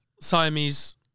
Siamese